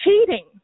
cheating